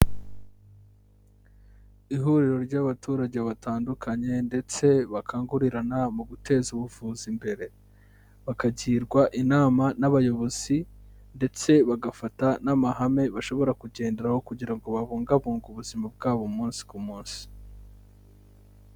Ihuriro ry'abaturage batandukanye ndetse bakangurirana mu guteza ubuvuzi imbere. Bakagirwa inama n'abayobozi ndetse bagafata n'amahame bashobora kugenderaho kugira ngo babungabunge ubuzima bwabo umunsi ku munsi.